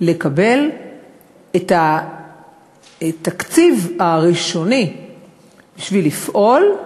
לקבל את התקציב הראשוני לפעול,